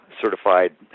certified